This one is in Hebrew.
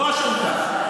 לא שונתה.